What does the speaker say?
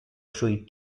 sui